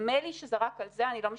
נדמה לי שזה רק על זה אבל אני לא בטוחה,